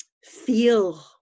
feel